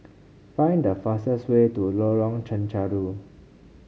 find the fastest way to Lorong Chencharu